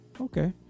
okay